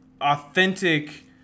authentic